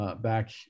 back